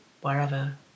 wherever